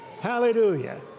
Hallelujah